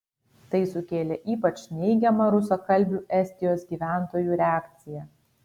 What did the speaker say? tai sukėlė ypač neigiamą rusakalbių estijos gyventojų reakciją